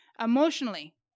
emotionally